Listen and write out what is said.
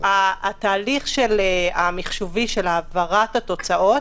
התהליך המחשובי של העברת התוצאות